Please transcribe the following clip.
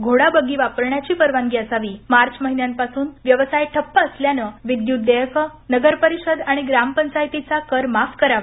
घोडा बग्गी वापरण्याची परवानगी असावी मार्च महिन्यापासुन व्यवसाय ठप्प असल्यानं विद्युत देयक नगरपरिषद आणि ग्रामपंचायतचा कर माफ करावा